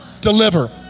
deliver